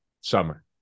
summer